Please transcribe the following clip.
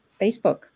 Facebook